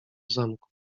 zamku